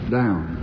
down